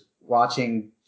watching